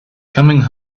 coming